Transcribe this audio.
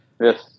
Yes